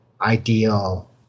ideal